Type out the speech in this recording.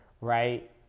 Right